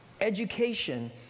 Education